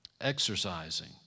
exercising